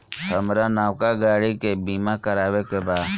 हामरा नवका गाड़ी के बीमा करावे के बा